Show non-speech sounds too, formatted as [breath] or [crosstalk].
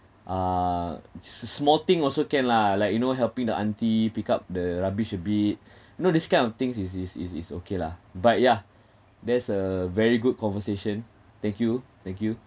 uh small thing also can lah like you know helping the aunty pick up the rubbish a bit [breath] know this kind of things is is is is okay lah but yeah that's a very good conversation thank you thank you